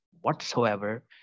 whatsoever